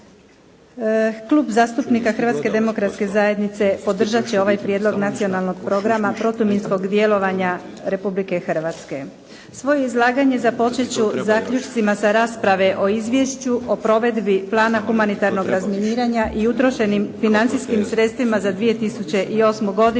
Hrvatske demokratske zajednice podržat će ovaj Prijedlog Nacionalnog programa protuminskog djelovanja Republike Hrvatske. Svoje izlaganje započet ću zaključcima sa rasprave o Izvješću o provedbi plana humanitarnog razminiranja i utrošenim financijskim sredstvima za 2008. godinu